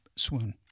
swoon